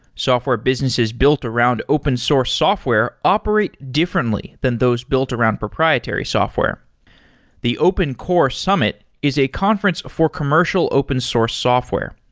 software businesses built around open source software operate differently than those built around proprietary software the open core summit is a conference for commercial open source software.